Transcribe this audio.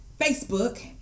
Facebook